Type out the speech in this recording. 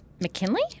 McKinley